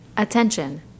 Attention